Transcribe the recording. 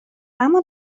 اما